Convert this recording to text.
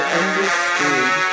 understood